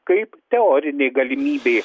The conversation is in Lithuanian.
kaip teorinė galimybė